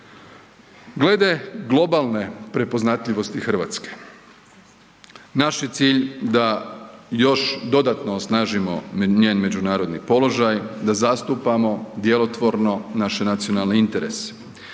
Glede globalne prepoznatljivosti RH, naš je cilj da još dodatno osnažimo njen međunarodni položaj, da zastupamo djelotvorno naše nacionalne interese.